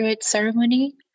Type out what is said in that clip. ceremony